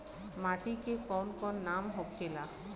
माटी के कौन कौन नाम होखेला?